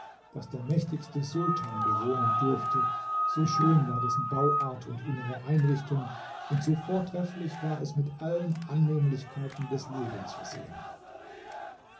das der mächtigste sultan bewohnen dürfte so schön war dessen bauart und innere einrichtung und so vortrefflich war es mit allen annehmlichkeiten des lebens versehen